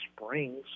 springs